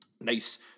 nice